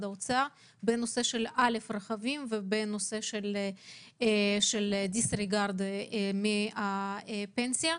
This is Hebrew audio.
האוצר בנושא של רכבים ובנושא של דיסריגרד מפנסיה.